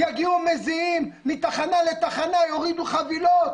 יגיעו מזיעים מתחנה לתחנה, יורידו חבילות.